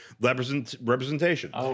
representation